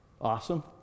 Awesome